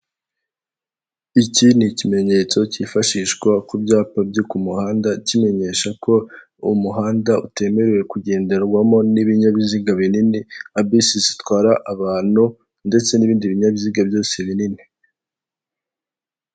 Hari ifoto ya Kagame yanditse mu mudugudu wa radari tuzamutora ijana kw'ijana, abantu bambaye ibitambaro bya FPR imipira, ingofero ndetse bafite n'ibyapa byanditseho FPR, biragaragara yuko umuryango wa FPR wari uri kwiyamamaza kuko bafite n'ifoto ya Paul Kagame.